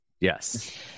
Yes